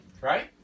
Right